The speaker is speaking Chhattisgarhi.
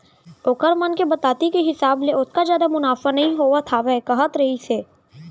ओखर मन के बताती के हिसाब ले ओतका जादा मुनाफा नइ होवत हावय कहत रहिस हे